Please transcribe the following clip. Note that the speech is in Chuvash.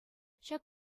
ҫак